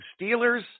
Steelers